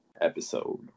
episode